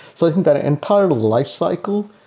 so think that entire lifecycle,